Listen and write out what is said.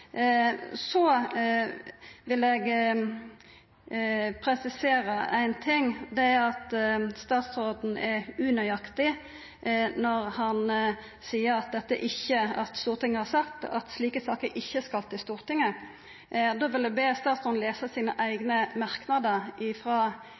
Så vil eg presisera ein ting. Det er at statsråden er unøyaktig når han seier at Stortinget har sagt at slike saker ikkje skal til Stortinget. Då vil eg be statsråden lesa